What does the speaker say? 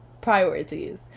priorities